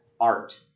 Art